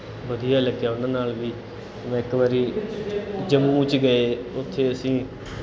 ਵਧੀਆ ਲੱਗਿਆ ਉਹਨਾਂ ਨਾਲ ਵੀ ਮੈਂ ਇੱਕ ਵਾਰੀ ਜੰਮੂ 'ਚ ਗਏ ਉੱਥੇ ਅਸੀਂ